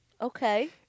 Okay